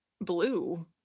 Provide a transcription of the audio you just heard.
blue